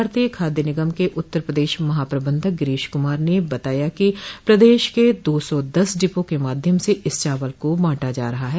भारतीय खाद्य निगम के उत्तर प्रदेश महा प्रबंधक गिरीश कुमार ने बताया कि प्रदेश के दो सौ दस डिपो के माध्यम से इस चावल को बांटा जा रहा है